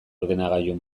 ordenagailu